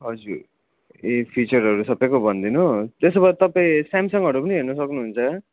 हजुर ए फिचरहरू सबैको भनिदिनु त्यसो भए तपाईँ स्यामसङहरू पनि हेर्नु सक्नुहुन्छ